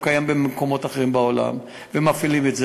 הוא קיים במקומות אחרים בעולם ומפעילים את זה.